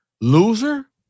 loser